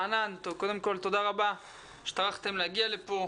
קודם כל תודה רבה שטרחתם להגיע לפה,